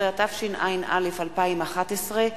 16), התשע"א 2011,